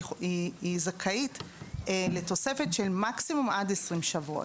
היא זכאית לתוספת של מקסימום עד 20 שבועות.